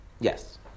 yes